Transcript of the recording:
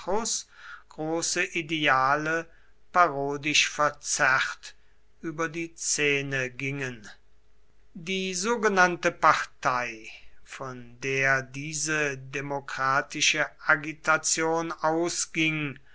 große ideale parodisch verzerrt über die szene gingen die sogenannte partei von der diese demokratische agitation ausging